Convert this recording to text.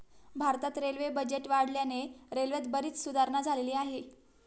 भारतात railway budget वाढल्याने रेल्वेत बरीच सुधारणा झालेली आहे